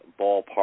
ballpark